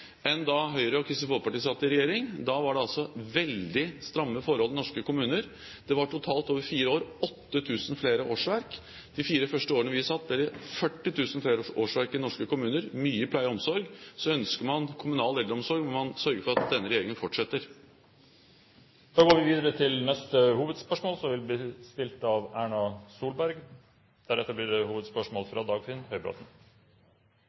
Kristelig Folkeparti satt i regjering. Da var det veldig stramme forhold i norske kommuner – det var totalt over fire år 8 000 flere årsverk. De fire første årene vi satt, var det 40 000 flere årsverk i norske kommuner, mange i pleie- og omsorgssektoren. Så ønsker man kommunal eldreomsorg, bør man sørge for at denne regjeringen fortsetter. Vi går videre til neste hovedspørsmål. Det har pågått en diskusjon de siste 14 dagene om hvem som låner klær av